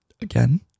Again